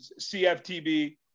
CFTB